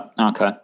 Okay